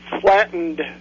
flattened